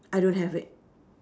I don't have it